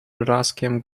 blaskiem